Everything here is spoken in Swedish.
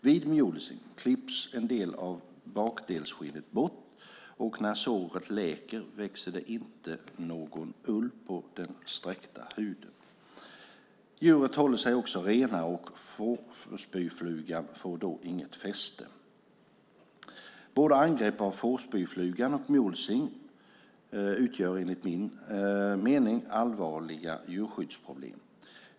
Vid mulesing klipps en del av bakdelsskinnet bort, och när såret läker växer det inte någon ull på den sträckta huden. Djuret håller sig också renare och fårspyflugan får då inget fäste. Både angrepp av fårspyflugan och mulesing utgör enligt min mening allvarliga djurskyddsproblem.